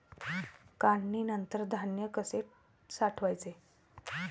काढणीनंतर धान्य कसे साठवायचे?